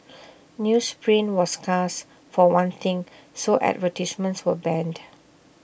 newsprint was scarce for one thing so advertisements were banned